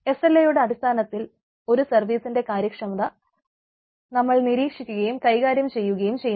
SLO യുടെ അടിസ്ഥാനത്തിൽ ഒരു സർവ്വീസിന്റെ കാര്യക്ഷമത നമ്മൾ നിരീക്ഷിക്കുകയും കൈകാര്യം ചെയ്യുകയും ചെയ്യുന്നു